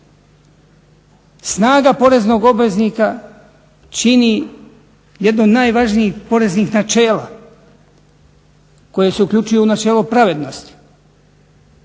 Snaga poreznog obveznika čini jedno od najvažnijih poreznih načela koje se uključuje u načelo pravednosti.